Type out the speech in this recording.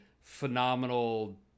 phenomenal